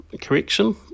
correction